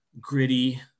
gritty